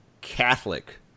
Catholic